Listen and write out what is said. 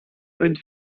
und